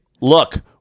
look